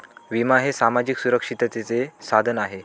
विमा हे सामाजिक सुरक्षिततेचे साधन आहे